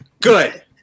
Good